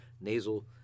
nasal